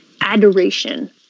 adoration